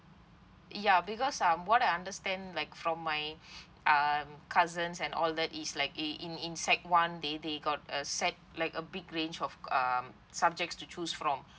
ya because um what I understand like from my um cousins and all that is like uh in in sec one they they got a set like a big range of um subject to choose from